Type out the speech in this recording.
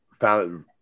found